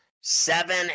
seven